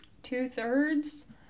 two-thirds